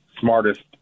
smartest